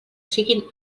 siguin